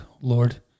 Lord